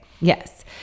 Yes